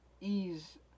ease